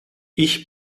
ich